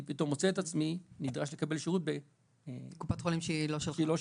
אני פתאום מוצא את עצמי נדרש לקבל שירות בקופת חולים שהיא לא שלי.